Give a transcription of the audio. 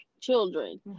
children